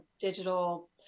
digital